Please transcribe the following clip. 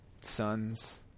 Sons